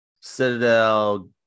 Citadel